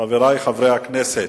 אדוני היושב-ראש, חברי חברי הכנסת,